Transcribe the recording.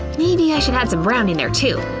maybe i should add some brown in there too.